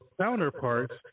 counterparts